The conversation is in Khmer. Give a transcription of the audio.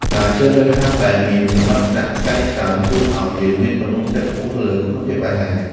ការជ្រើសរើសហាងដែលមានចំណាត់ថ្នាក់ផ្កាយច្រើនជួយឱ្យយើងមានទំនុកចិត្តខ្ពស់លើគុណភាពអាហារ។